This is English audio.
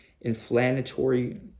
inflammatory